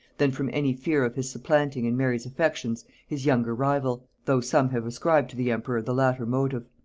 than from any fear of his supplanting in mary's affections his younger rival, though some have ascribed to the emperor the latter motive.